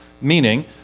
meaning